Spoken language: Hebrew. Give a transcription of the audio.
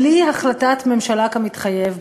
בלי החלטת ממשלה כמתחייב,